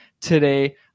today